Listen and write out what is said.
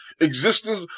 existence